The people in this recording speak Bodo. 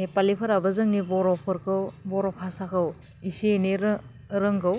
नेपालिफोराबो जोंनि बर'फोरखौ बर' भाषाखौ एसे एनै रोंगौ